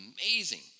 amazing